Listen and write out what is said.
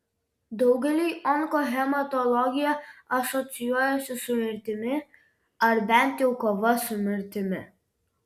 daugeliui onkohematologija asocijuojasi su mirtimi ar bent jau kova su mirtimi